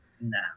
Nah